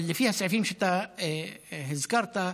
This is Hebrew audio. אבל לפי הסעיפים שאתה הזכרת,